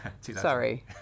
Sorry